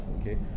okay